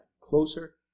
closer